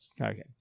Okay